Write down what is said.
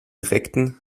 reckten